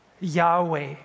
Yahweh